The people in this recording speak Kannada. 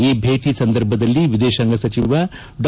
ಈ ಭೇಟಿ ಸಂದರ್ಭದಲ್ಲಿ ವಿದೇಶಾಂಗ ಸಚಿವ ಡಾ